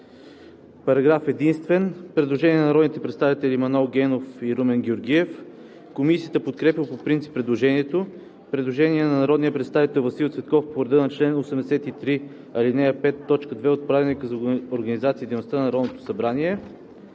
параграф единствен има предложение на народните представители Манол Генов и Румен Георгиев. Комисията подкрепя по принцип предложението. Предложение на народния представител Васил Цветков по реда на чл. 83, ал. 5, т. 2 от Правилника за организацията и дейността на Народното събрание.